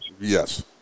Yes